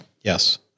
Yes